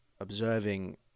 observing